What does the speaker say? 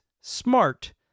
SMART